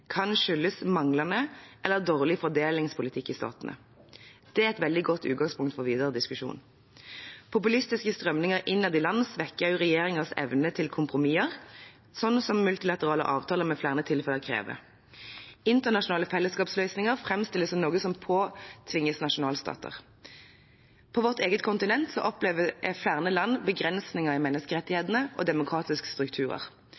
kan skyldes manglende eller dårlig fordelingspolitikk i statene. Det er et veldig godt utgangspunkt for videre diskusjon. Populistiske strømninger innad i land svekker også regjeringers evne til kompromisser, som multilaterale avtaler i flere tilfeller krever. Internasjonale fellesskapsløsninger framstilles som noe som påtvinges nasjonalstater. På vårt eget kontinent opplever flere land begrensninger i menneskerettighetene og i demokratiske strukturer.